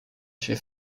się